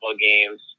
games